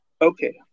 Okay